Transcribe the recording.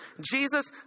Jesus